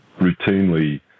routinely